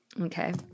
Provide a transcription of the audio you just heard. Okay